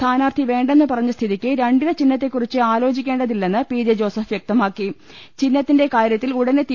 സ്ഥാനാർത്ഥി വേണ്ടെന്ന് പറഞ്ഞ സ്ഥിതിക്ക് രണ്ടില ചിഹ്നത്തെക്കുറിച്ച് ആലോചിക്കേണ്ട തില്ലെന്ന് പി ജെ ജോസഫ് ചിഹ്നത്തിന്റെ കാര്യത്തിൽ ഉടനെ വ്യക്തമാക്കി